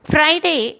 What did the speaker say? Friday